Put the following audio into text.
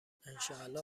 انشااله